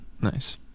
Nice